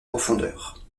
profondeur